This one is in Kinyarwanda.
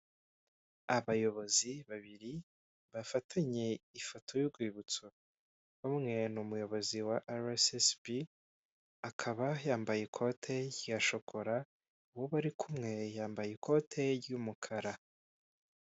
Abayobozi babiri bafatanye ifoto y'urwibutso, umwe ni umuyobozi wa arayesesibi, akaba yambaye ikote rya shokora uwo bari kumwe yambaye ikote ry'umukara.